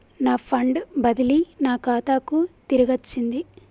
నా ఫండ్ బదిలీ నా ఖాతాకు తిరిగచ్చింది